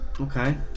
Okay